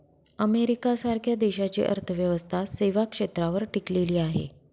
America सारख्या देशाची अर्थव्यवस्था सेवा क्षेत्रावर टिकलेली आहे